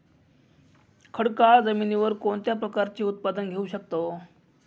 खडकाळ जमिनीवर कोणत्या प्रकारचे उत्पादन घेऊ शकतो?